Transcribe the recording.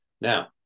now